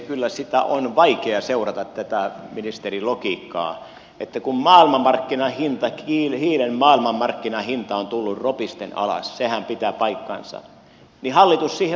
kyllä on vaikea seurata tätä ministerin logiikkaa että kun hiilen maailmanmarkkinahinta on tullut ropisten alas sehän pitää paikkansa niin hallitus siihen vastaa